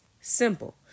Simple